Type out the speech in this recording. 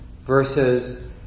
versus